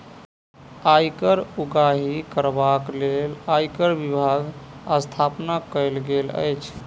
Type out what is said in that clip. आयकर उगाही करबाक लेल आयकर विभागक स्थापना कयल गेल अछि